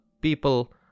people